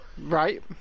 Right